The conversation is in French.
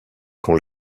quand